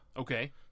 Okay